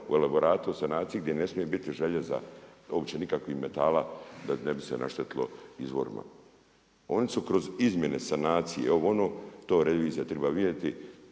u elaboratu o sanaciji gdje ne smije biti željeza, uopće nikakvih metala ne bi se naštetilo izvorima. Oni su kroz izmjene sanacije ovo, ono, to revizija triba vidjeti